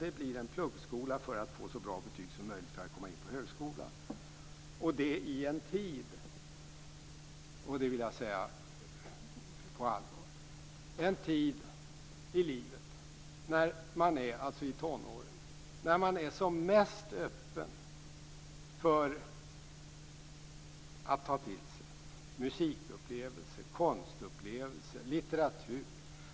Det blir en pluggskola för att få så bra betyg som möjligt för att komma in på högskolan och det i en tid i livet - det vill jag säga på allvar - i tonåren när man är som mest öppen för att ta till sig musikupplevelser, konstupplevelser, litteratur.